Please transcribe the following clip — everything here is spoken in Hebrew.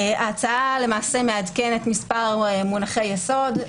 ההצעה מעדכנת מספר מונחי יסוד,